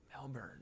Melbourne